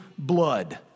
blood